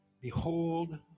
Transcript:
Behold